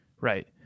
Right